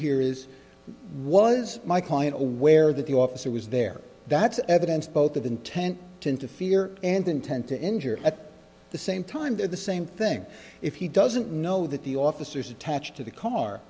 here is what was my client aware that the officer was there that's evidence both of intent to interfere and intent to injure at the same time they're the same thing if he doesn't know that the officers attached to the car